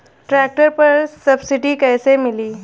Tractor पर subsidy कैसे मिली?